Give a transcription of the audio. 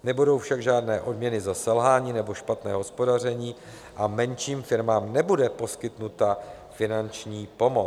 Nebudou však žádné odměny za selhání nebo špatné hospodaření a menším firmám nebude poskytnuta finanční pomoc.